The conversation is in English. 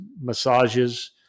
massages